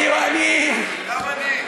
גם אני.